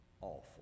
awful